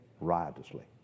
riotously